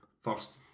first